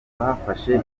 rwafashe